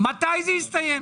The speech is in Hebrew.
מתי זה יסתיים?